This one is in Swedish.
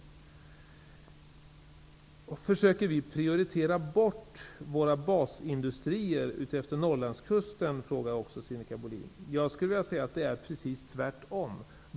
Sinikka Bohlin frågade om vi försöker att prioritera bort våra basindustrier utefter Norrlandskusten. Det är precis tvärtom.